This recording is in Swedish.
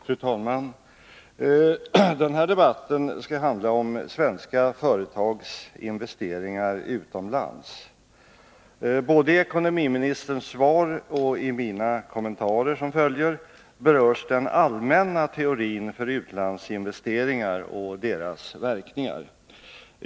Fru talman! Den här debatten skall handla om svenska företags investeringar utomlands. Både i ekonomiministerns svar och i mina kommentarer som följer berörs den allmänna teorin för utlandsinvesteringarna och deras verkningar.